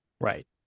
Right